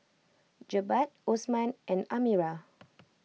Jebat Osman and Amirah